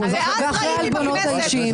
ואחרי העלבונות האישיים?